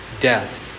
death